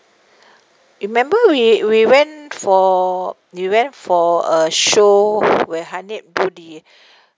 remember we we went for we went for a show where